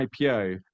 IPO